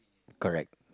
correct